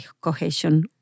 cohesion